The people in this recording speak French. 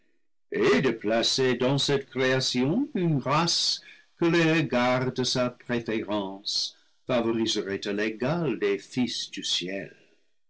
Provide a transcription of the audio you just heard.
et de placer dans cette création une race que les regards de sa préférence favoriseraient à l'égal le paradis perdu des fils du ciel